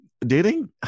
dating